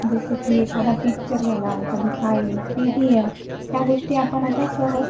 जसं की एखादा पिक्चर झाला एखादी फाइल पिडिएफ ह्या गोष्टी आपण आता सहज